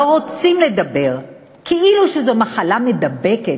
לא רוצים לדבר, כאילו שזו מחלה מידבקת.